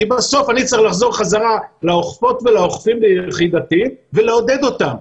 כי בסוף אני צריך לחזור חזרה לאוכפות ולאוכפים ביחידתי ולעודד אותם,